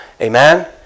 Amen